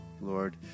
Lord